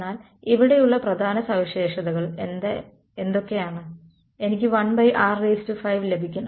എന്നാൽ ഇവിടെയുള്ള പ്രധാന സവിശേഷതകൾ എന്തൊക്കെയാണ് എനിക്ക് 1r5 ലഭിക്കണം